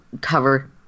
cover